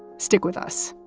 stick with us